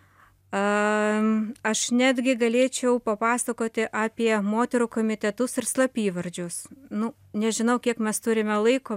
a aš netgi galėčiau papasakoti apie moterų komitetus ir slapyvardžius nu nežinau kiek mes turime laiko